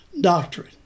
doctrine